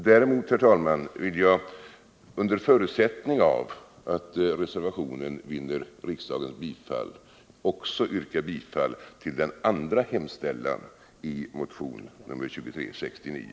Däremot, herr talman, vill jagunder förutsättning av att reservationen vinner riksdagens bifall — också yrka bifall till den andra hemställan i motionen 2369.